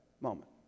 moment